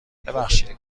ببخشید